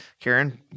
Karen